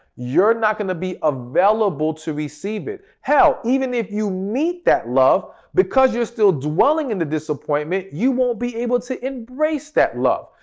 you're not going to be available to receive it. hell, even if you meet that love because you're still dwelling in the disappointment, you won't be able to embrace that love.